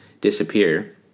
disappear